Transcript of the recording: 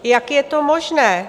Jak je to možné?